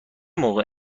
موقع